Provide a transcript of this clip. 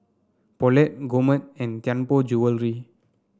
Poulet Gourmet and Tianpo Jewellery